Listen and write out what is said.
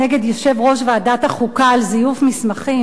יושב-ראש ועדת החוקה על זיוף מסמכים,